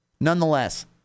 Nonetheless